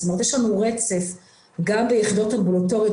יש לנו רצף גם ביחידות אמבולטוריות.